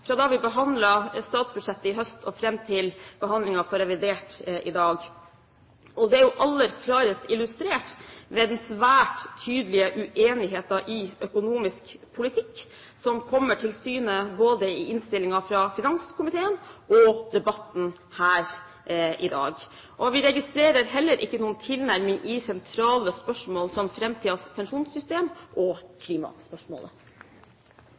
fra da vi behandlet statsbudsjettet i høst, og fram til behandlingen av revidert i dag. Det er jo aller klarest illustrert ved den svært tydelige uenigheten i økonomisk politikk som kommer til syne både i innstillingen fra finanskomiteen og i debatten her i dag. Vi registrerer heller ikke noen tilnærming i sentrale spørsmål som framtidens pensjonssystem og klimaspørsmålet.